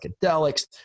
psychedelics